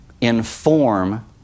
inform